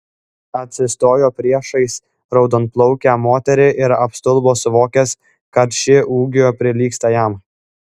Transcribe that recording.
atsistojo priešais raudonplaukę moterį ir apstulbo suvokęs kad ši ūgiu prilygsta jam